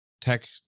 tech